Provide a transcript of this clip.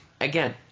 again